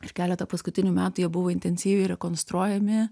prieš keletą paskutinių metų jie buvo intensyviai rekonstruojami